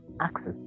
access